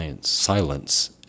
silence